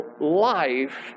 life